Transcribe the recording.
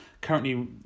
currently